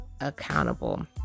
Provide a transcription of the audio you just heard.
accountable